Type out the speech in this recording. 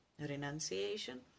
renunciation